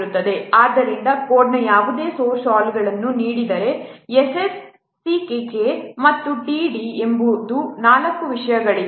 ಆದ್ದರಿಂದ ಕೋಡ್ನ ಯಾವುದೇ ಸೋರ್ಸ್ ಸಾಲುಗಳನ್ನು ನೀಡಿದರೆ S s C k K ಮತ್ತು t d ಎಂಬ ನಾಲ್ಕು ವಿಷಯಗಳಿವೆ